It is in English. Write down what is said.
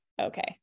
okay